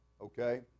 okay